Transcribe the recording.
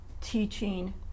teaching